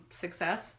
success